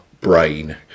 brain